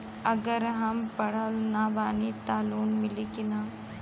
अगर हम पढ़ल ना बानी त लोन मिली कि ना?